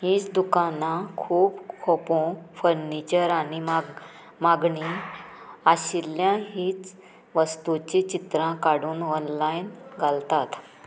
हींच दुकानां खूब खोपो फर्निचर आनी माग मागणी आशिल्ल्यान हींच वस्तूचीं चित्रां काडून ऑनलायन घालतात